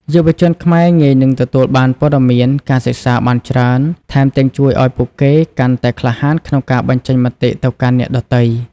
យុវជនខ្មែរងាយនឹងទទួលបានព័ត៌មាន ការសិក្សាបានច្រើន ថែមទាំងជួយឲ្យពួកគេកាន់តែក្លាហានក្នុងការបញ្ចេញមតិទៅកាន់អ្នកដទៃ។